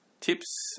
tips